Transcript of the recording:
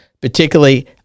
particularly